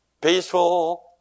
peaceful